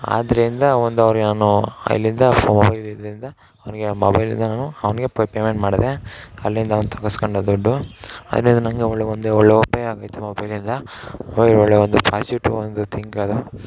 ಆದ್ದರಿಂದ ಒಂದು ಅವ್ರಿಗೆ ನಾನು ಇಲ್ಲಿಂದ ಫೋನ್ ಇದ್ದಿದ್ದರಿಂದ ಅವ್ನಿಗೆ ಮೊಬೈಲಿಂದ ನಾನು ಅವ್ನಿಗೆ ಪೇಮೆಂಟ್ ಮಾಡಿದೆ ಅಲ್ಲಿಂದ ಅವ್ನು ತಗಿಸ್ಕೊಂಡ ದುಡ್ಡು ಅದರಿಂದ ನನಗೆ ಒಂದು ಒಳ್ಳೆಯ ಒಂದು ಉಪಯೋಗ ಆಗೈತೆ ಮೊಬೈಲಿಂದ ಒಳ್ಳೆಯ ಒಂದು ಪಾಸಿಟಿವ್ ಒಂದು ತಿಂಕ್ ಅದು